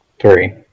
Three